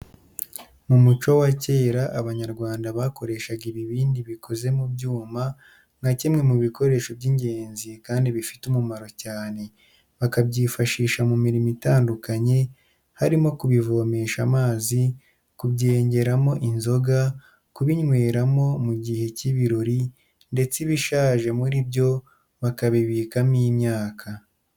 Mu muco wa kera Abanyarwanda bakoreshaga ibibindi bikoze mu ibumba nka kimwe mu bikoresho by'ingenzi kandi bifite umumaro cyane. Bakabyifashisha mu mirimo itandukanye harimo kubivomesha amazi, kubyengeramo inzoga, kubinyweramo mu gihe cy'ibirori ndetse ibishaje muri byo bakabibikamo imyaka.